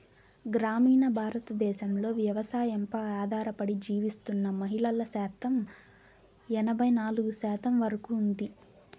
గ్రామీణ భారతదేశంలో వ్యవసాయంపై ఆధారపడి జీవిస్తున్న మహిళల శాతం ఎనబై నాలుగు శాతం వరకు ఉంది